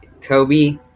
Kobe